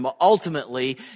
Ultimately